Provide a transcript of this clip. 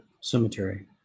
cemetery